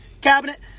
cabinet